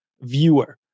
viewer